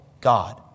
God